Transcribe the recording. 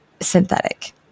synthetic